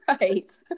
right